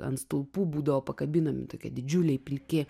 ant stulpų būdavo pakabinami tokie didžiuliai pilki